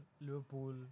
Liverpool